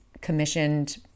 commissioned